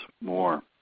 more